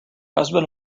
husband